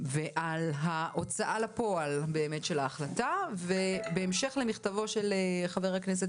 ועל ההוצאה לפועל באמת של ההחלטה ובהמשך למכתבו של חבר הכנסת